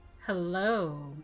Hello